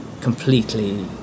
completely